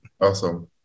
Awesome